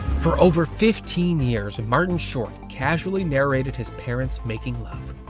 for over fifteen years, and martin short casually narrated his parents making love.